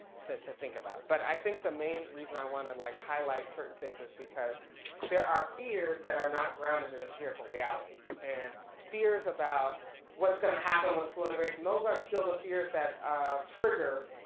to to think about, but i think the main reason i wanna like, highlight certain things is because there are fears that are not grounded in empirical reality and fears about what's gonna happen with school integration. those are still the fears that trigger,